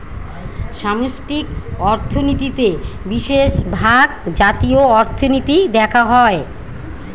সামষ্টিক অর্থনীতিতে বিশেষভাগ জাতীয় অর্থনীতি দেখা হয়